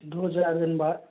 दो चार दिन बाद